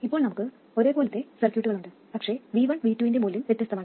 ഇപ്പോൾ നമുക്ക് ഒരേ പോലത്തെ സർക്യൂട്ട് ഉണ്ട് പക്ഷേ V1 V2 ന്റെ മൂല്യം വ്യത്യസ്തമാണ്